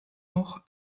noch